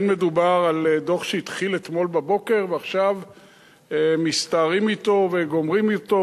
אין מדובר על דוח שהתחיל אתמול בבוקר ועכשיו מסתערים אתו וגומרים אתו,